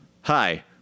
Hi